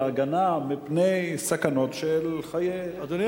וההגנה מפני סכנות לחיי אדם.